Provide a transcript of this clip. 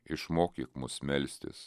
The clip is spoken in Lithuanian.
išmokyk mus melstis